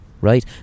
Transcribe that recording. Right